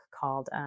called